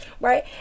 right